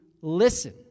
listen